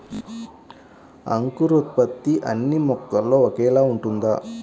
అంకురోత్పత్తి అన్నీ మొక్కలో ఒకేలా ఉంటుందా?